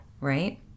right